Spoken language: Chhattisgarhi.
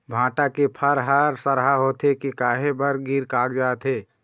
भांटा के फर हर सरहा होथे के काहे बर गिर कागजात हे?